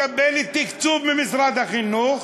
והיא מקבלת תקצוב ממשרד החינוך,